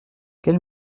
quel